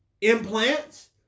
implants